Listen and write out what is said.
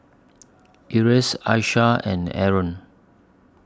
Elyas Aishah and Aaron